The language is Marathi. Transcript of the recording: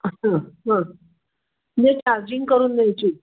हां हां म्हणजे चार्जिंग करून द्यायची